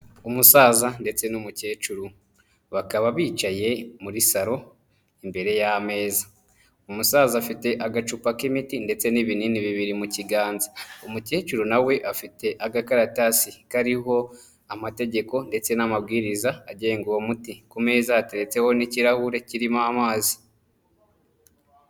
Umusaza ndetse n'umukecuru bakaba bicaye muri salo imbere y'ameza, umusaza afite agacupa k'imiti ndetse n'ibinini bibiri mu kiganza, umukecuru nawe afite agakatasi kariho amategeko ndetse n'amabwiriza agenga uwo muti, ku meza hateretseho n'kirahure kirimo amazi.